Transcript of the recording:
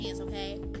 okay